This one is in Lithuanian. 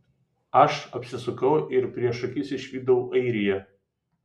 aš apsisukau ir prieš akis išvydau airiją